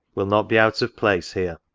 will not be out of place here.